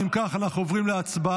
אם כך, אנחנו עוברים להצבעה.